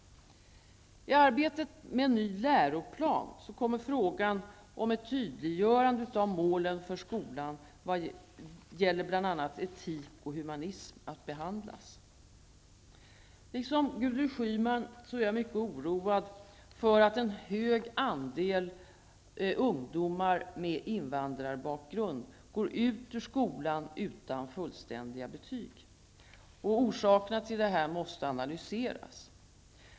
I arbetet med en ny läroplan kommer frågan om ett tydliggörande av målen för skolan vad gäller bl.a. etik och humanism att behandlas. Liksom Gudrun Schyman är jag mycket oroad för att en stor andel ungdomar med invandrarbakgrund går ut ur skolan utan fullständiga betyg. Orsakerna till detta måste analyseras.